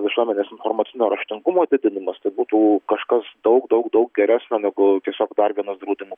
visuomenės informacinio raštingumo didinimas tai būtų kažkas daug daug daug geresnio negu tiesiogdar vienas draudimas